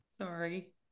Sorry